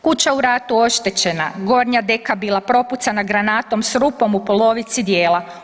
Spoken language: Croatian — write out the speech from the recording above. Kuća u ratu oštećena, gornja deka bila propucana granatom s rupom u polovici dijela.